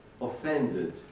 offended